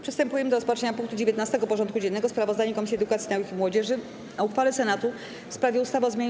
Przystępujemy do rozpatrzenia punktu 19. porządku dziennego: Sprawozdanie Komisji Edukacji, Nauki i Młodzieży o uchwale Senatu w sprawie ustawy o zmianie